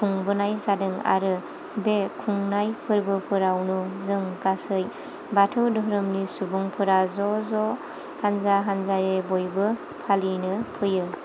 खुंबोनाय जादों आरो बे खुंनाय फोरबोफोरावनो जों गासै बाथौ धोरोमनि सुबुंफोरा ज' ज' हान्जा हान्जायै बयबो फालिनो फैयो